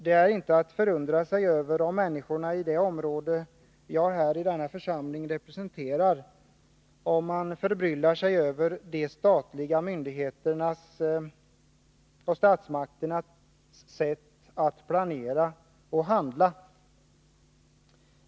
Det är inte att förundra sig över om människorna i ett område som jag representerar i denna församling är förbryllade över de statliga myndigheternas och statsmakternas sätt att planera och handla.